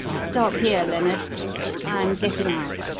stop here, lennard i'm getting out.